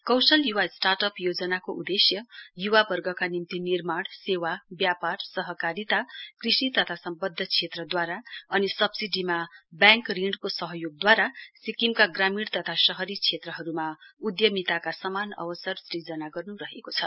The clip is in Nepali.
कौशल युवा स्टार्ट अप योजनाको उदेश्य निम्ति निर्माण सेवाव्यापारसहकारिता कृषि तथा सम्बद्य क्षेत्रदूवारा अनि सव्सिडीमा ब्याङ्क ऋणको सहयोगदूवारा सिक्किमरका ग्रामीण तथा शहरी क्षेत्रहरुमा उद्यमिताका समान अवसर सृजना गर्नु रहेको छ